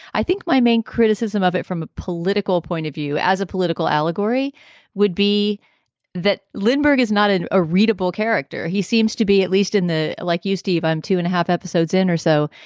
i think my main criticism of it from a political point of view as a political allegory would be that lindbergh is not in a readable character. he seems to be at least in the like. you, steve, i'm two and a half episodes in or so.